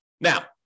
Now